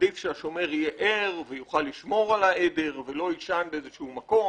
עדיף שהשומר יהיה ער ויוכל לשמור על העדר ולא יישן באיזשהו מקום.